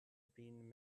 been